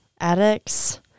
addicts